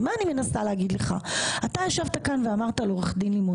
אני מנסה להגיד לך שאתה ישבת כאן ואמרת לעורך דין לימון